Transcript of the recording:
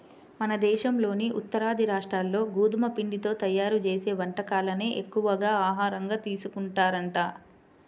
మన దేశంలోని ఉత్తరాది రాష్ట్రాల్లో గోధుమ పిండితో తయ్యారు చేసే వంటకాలనే ఎక్కువగా ఆహారంగా తీసుకుంటారంట